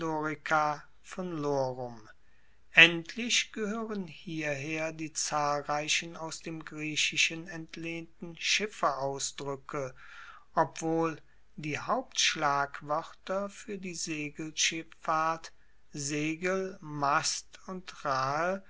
endlich gehoeren hierher die zahlreichen aus dem griechischen entlehnten schifferausdruecke obwohl die hauptschlagwoerter fuer die segelschiffahrt segel mast und rahe